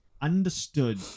understood